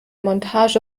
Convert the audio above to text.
montage